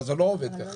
אבל זה לא עובד ככה.